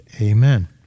amen